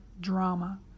drama